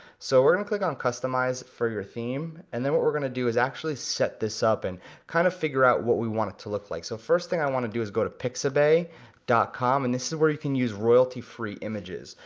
so we're gonna click on customize for your theme, and then what we're gonna do is actually set this up, and kinda kind of figure out what we want it to look like. so first thing i wanna do is go to pixabay com, and this is where you can use royalty-free images.